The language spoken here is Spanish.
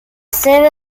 sede